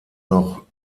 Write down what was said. noch